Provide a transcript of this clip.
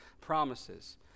promises